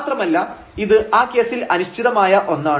മാത്രമല്ല ഇത് ആ കേസിൽ അനിശ്ചിതമായ ഒന്നാണ്